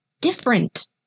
different